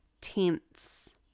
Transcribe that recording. tense